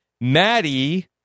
Maddie